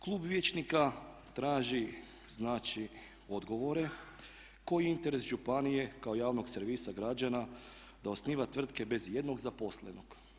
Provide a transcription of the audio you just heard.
Klub vijeća traži znači odgovore koji je interes županije kao javnog servisa građana da osniva tvrtke bez ijednog zaposlenog.